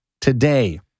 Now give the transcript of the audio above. Today